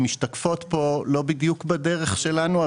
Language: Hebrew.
שמשתקפות פה לא בדיוק בדרך שלנו,